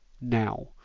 now